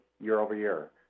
year-over-year